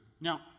Now